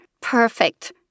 perfect